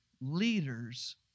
leaders